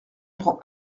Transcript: prends